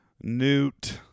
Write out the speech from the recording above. Newt